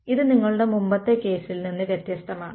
ഇത് നിങ്ങളുടെ മുമ്പത്തെ കേസിൽ നിന്ന് വ്യത്യസ്തമാണ്